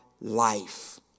life